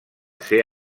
ser